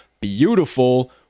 beautiful